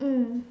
mm